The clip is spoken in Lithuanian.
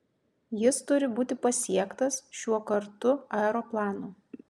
jis turi būti pasiektas šiuo kartu aeroplanu